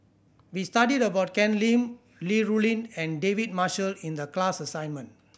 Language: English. we studied about Ken Lim Li Rulin and David Marshall in the class assignment